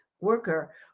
worker